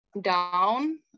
down